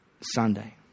Sunday